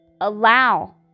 allow